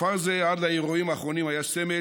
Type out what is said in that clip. עד לאירועים האחרונים כפר זה היה סמל